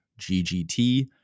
ggt